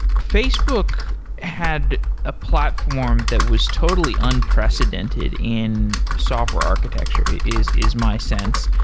facebook had a platform that was totally unprecedented in software architecture is is my sense,